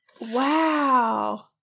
Wow